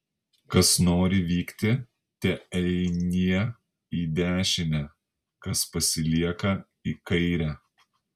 kas nori vykti teeinie į dešinę kas pasilieka į kairę